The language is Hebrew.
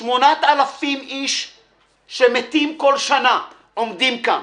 8,000 איש שמתים בכל שנה עומדים כאן.